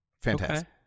fantastic